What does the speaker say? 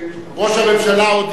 הממשלה הצביע נגד, לא לא, מספיק.